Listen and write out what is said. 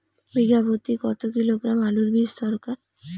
বিঘা প্রতি কত কিলোগ্রাম আলুর বীজ দরকার?